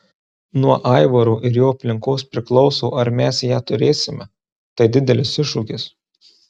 nuo aivaro ir jo aplinkos priklauso ar mes ją turėsime tai didelis iššūkis